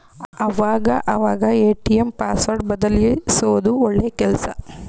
ಆವಾಗ ಅವಾಗ ATM password ಬದಲ್ಯಿಸೋದು ಒಳ್ಳೆ ಕೆಲ್ಸ